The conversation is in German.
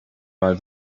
mal